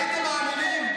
הייתם מאמינים?